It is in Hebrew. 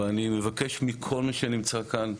ואני מבקש מכל מי שנמצא כאן,